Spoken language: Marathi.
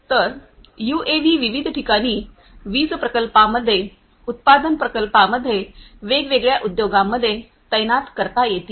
तर यूएव्ही विविध ठिकाणी वीज प्रकल्पांमध्ये उत्पादन प्रकल्पांमध्ये वेगवेगळ्या उद्योगांमध्ये तैनात करता येतील